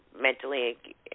mentally